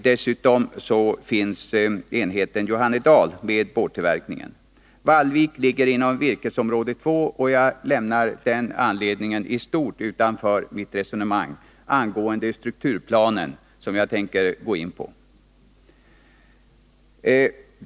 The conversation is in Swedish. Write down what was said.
Dessutom finns enheten Johannedal med boardtillverkningen. Vallvik ligger inom virkesområde 2, och jag lämnar därför den enheteni stort utanför mitt resonemang angående strukturplanen, som jag nu tänker gå in på.